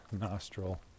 nostril